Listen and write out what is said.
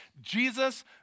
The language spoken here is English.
Jesus